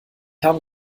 habe